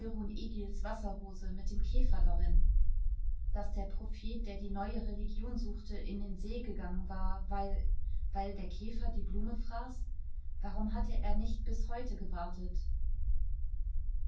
wasserrose mit dem käfer darin daß der prophet der die neue religion suchte in den see gegangen war weil weil der käfer die blume fraß warum hatte er nicht bis heute gewartet